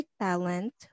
talent